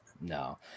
No